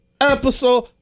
episode